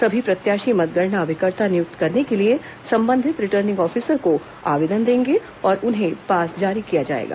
सभी प्रत्याशी मतगणना अभिकर्ता नियुक्त करने के लिए संबंधित रिटर्निंग ऑफिसर को आवेदन देंगे और उन्हें पास जारी किया जाएगा